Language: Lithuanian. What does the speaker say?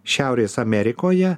šiaurės amerikoje